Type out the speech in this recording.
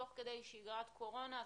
תוך כדי שגרת קורונה,